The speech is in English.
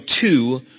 two